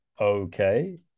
okay